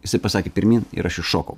jisai pasakė pirmyn ir aš iššokau